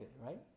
right